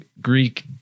greek